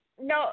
No